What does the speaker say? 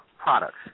Products